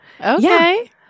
Okay